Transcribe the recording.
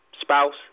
spouse